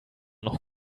noch